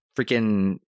freaking